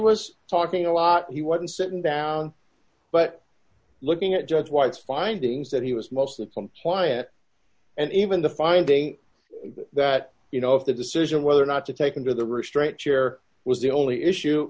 was talking a lot he wasn't sitting down but looking at judge white's findings that he was mostly from playa and even the fine day that you know if the decision whether or not to take him to the restraint chair was the only issue